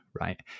right